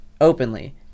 openly